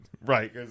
Right